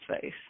face